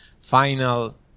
final